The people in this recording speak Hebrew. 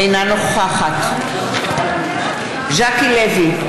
אינה נוכחת ז'קי לוי,